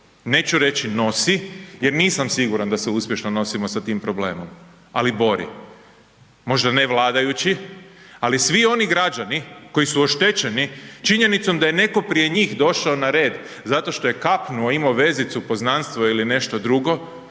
neću reći nosi jer nisam siguran da se uspješno nosimo sa tim problemom, ali bori, možda ne vladajući, ali svi oni građani koji su oštećeni činjenicom da je neko prije njih došao na red zato što je kapnuo, imao vezicu, poznanstvo ili nešto drugo,